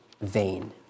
vain